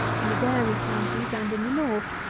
in the dairy countries, and in the north,